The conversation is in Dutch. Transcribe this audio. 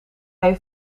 heeft